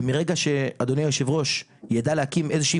ומרגע שאדוני היושב-ראש ידע להקים איזושהי